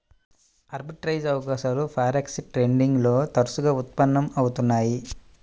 arbitrage అవకాశాలు forex trading లో తరచుగా ఉత్పన్నం అవుతున్నయ్యి